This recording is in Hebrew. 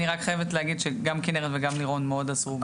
אני רק חייבת להגיד שגם כנרת וגם לירון מאוד עזרו.